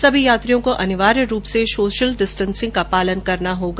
सभी यात्रियों को अनिवार्य रूप से सोशल डिस्टेंसिंग का पालना करना होगा